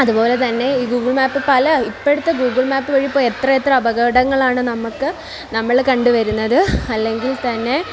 അതുപോലെ തന്നെ ഈ ഗൂഗിൾ മാപ്പ് പല ഇപ്പോഴത്തെ ഗൂഗിൾ മാപ്പ് വഴി എത്ര എത്ര അപകടങ്ങളാണ് നമ്മൾക്ക് നമ്മൾ കണ്ടു വരുന്നത് അല്ലെങ്കിൽ തന്നെ